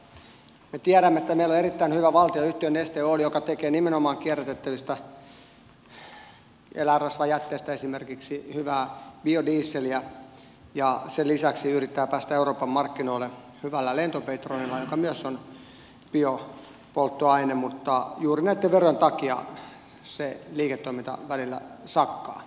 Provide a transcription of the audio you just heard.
me tiedämme että meillä on erittäin hyvä valtionyhtiö neste oil joka tekee nimenomaan kierrätettävistä eläinrasvajätteistä esimerkiksi hyvää biodieseliä ja sen lisäksi yrittää päästä euroopan markkinoille hyvällä lentopetrolilla joka myös on biopolttoaine mutta juuri näitten verojen takia se liiketoiminta välillä sakkaa